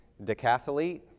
decathlete